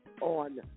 on